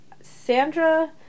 Sandra